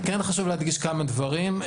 כן חשוב להדגיש כמה דברים,